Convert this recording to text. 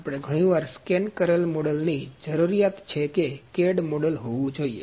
આપણે ઘણીવાર સ્કેન કરેલ મોડેલ ની જરૂરિયાત છે કે CAD મોડેલ હોવું જોઈએ